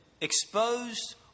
exposed